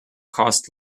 cost